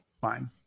fine